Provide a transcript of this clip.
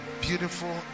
beautiful